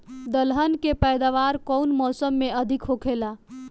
दलहन के पैदावार कउन मौसम में अधिक होखेला?